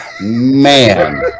Man